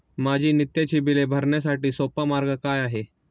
माझी नित्याची बिले भरण्यासाठी सोपा मार्ग काय आहे?